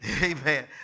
Amen